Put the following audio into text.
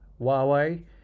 Huawei